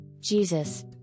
Jesus